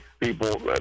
people